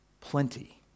Plenty